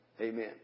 Amen